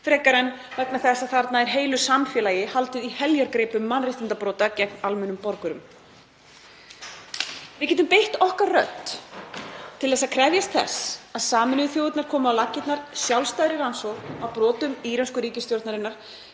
frekar en vegna þess að þarna er heilu samfélagi haldið í heljargreipum mannréttindabrota gegn almennum borgurum. Við getum beitt okkar rödd til að krefjast þess að Sameinuðu þjóðirnar komi á laggirnar sjálfstæðri rannsókn á brotum írönsku ríkisstjórnarinnar